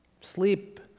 Sleep